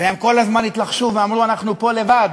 והם כל הזמן התלחשו ואמרו: אנחנו פה לבד,